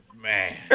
man